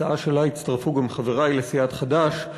הצעה שאליה הצטרפו גם חברי לסיעת חד"ש,